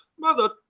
Mother –